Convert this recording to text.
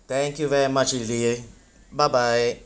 thank you very much lily bye bye